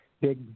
big